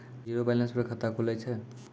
Zero balance पर खाता खुले छै?